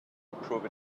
improve